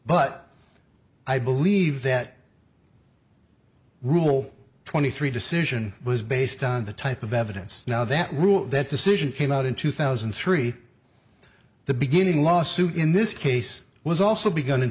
but i believe that rule twenty three decision was based on the type of evidence now that rule that decision came out in two thousand and three the beginning lawsuit in this case was also begun in